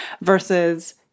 versus